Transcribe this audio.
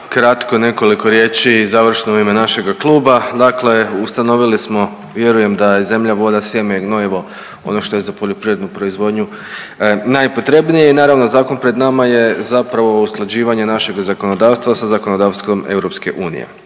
kratko nekoliko riječi završno u ime našega kluba, dakle ustanovili smo, vjerujem da je zemlja, voda, sjeme i gnojivo ono što je za poljoprivrednu proizvodnju najpotrebnije i naravno zakon pred nama je zapravo usklađivanje našega zakonodavstva sa zakonodavstvom EU. Međutim,